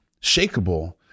shakable